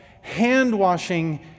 hand-washing